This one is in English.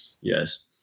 Yes